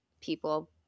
people